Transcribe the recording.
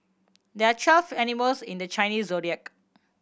there are twelve animals in the Chinese Zodiac